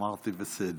אמרתי את זה בסדר.